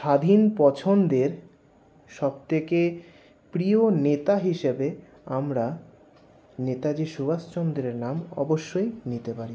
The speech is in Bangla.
স্বাধীন পছন্দের সবথেকে প্রিয় নেতা হিসাবে আমরা নেতাজী সুভাষচন্দ্রের নাম অবশ্যই নিতে পারি